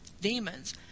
demons